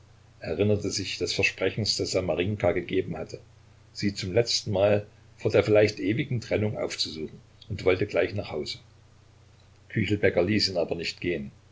erinnerte sich des versprechens das er marinjka gegeben hatte sie zum letztenmal vor der vielleicht ewigen trennung aufzusuchen und wollte gleich nach hause küchelbäcker ließ ihn aber nicht gehen